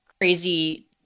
crazy